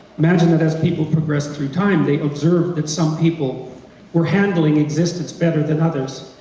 imagine that as people progress through time, they observe that some people were handling existence better than others,